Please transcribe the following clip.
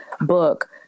book